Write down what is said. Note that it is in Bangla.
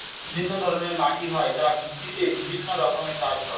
বিভিন্ন ধরনের মাটি হয় যার ভিত্তিতে বিভিন্ন রকমের চাষ হয়